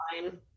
fine